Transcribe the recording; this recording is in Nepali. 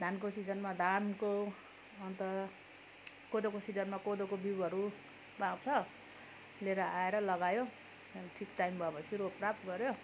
धानको सिजनमा धानको अन्त कोदोको सिजनमा कोदोको बिउहरू बाँड्छ लिएर आएर लगायो ठिक टाइम भएपछि रोपराप गऱ्यो